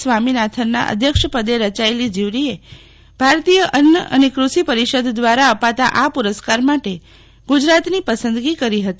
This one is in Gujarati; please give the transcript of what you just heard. સ્વામીનાથનના અધ્યક્ષપદે રચાયેલી જયુરીએ ભારતીય અન્ન અને કૂષિ પરિષદ દ્વારા અપાતા આ પુરસ્કાર માટે ગુજરાતની પસંદગી કરી હતી